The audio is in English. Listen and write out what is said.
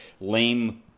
lame